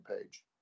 page